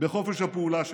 בחופש הפעולה שלנו.